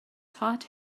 taught